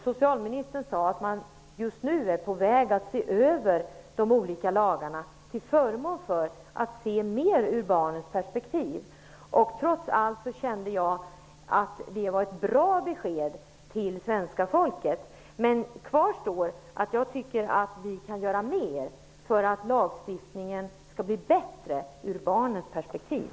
Socialministern sade att man just nu är på väg att se över de olika lagarna till förmån för barnen. Jag kände trots allt att det var ett bra besked till svenska folket. Men jag tycker att vi kan göra mer för att lagstiftningen skall bli bättre ur barnens perspektiv.